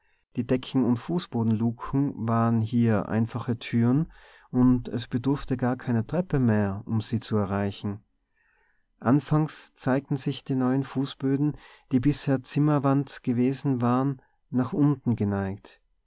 die decken und fußbodenluken waren hier einfache türen und es bedurfte gar keiner treppe mehr um sie zu erreichen anfangs zeigten sich die neuen fußböden die bisher zimmerwand gewesen waren nach unten geneigt